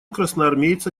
красноармейца